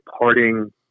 parting